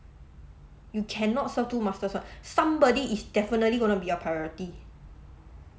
you cannot serve two masters [what] somebody is definitely going to be a priority